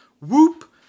whoop